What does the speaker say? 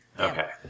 Okay